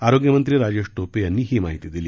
आरोग्य मंत्री राजेश टोपे यांनी ही माहिती दिली